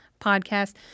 podcast